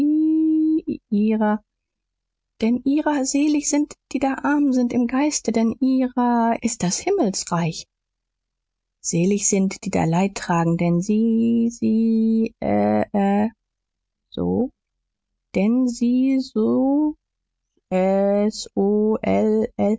ihrer denn ihrer selig sind die da arm sind im geiste denn ihrer ist das himmelsreich selig sind die da leid tragen denn sie sie